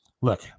Look